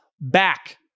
back